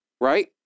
right